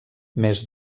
més